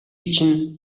чинь